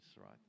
right